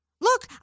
Look